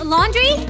Laundry